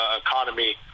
economy